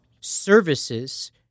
services